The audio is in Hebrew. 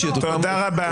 תודה רבה.